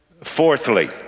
Fourthly